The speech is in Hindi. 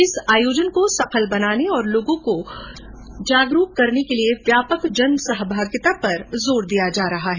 इस आयोजन को सफल बनाने और लोगों को जागरूक करने के लिए व्यापक जनसहभागिता पर जोर दिया जा रहा है